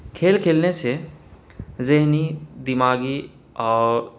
کھیل کھیلنے سے ذہنی دماغی اور